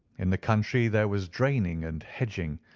in the country there was draining and hedging,